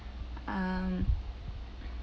um